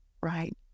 right